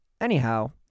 Anyhow